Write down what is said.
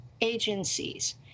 agencies